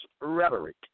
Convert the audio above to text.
rhetoric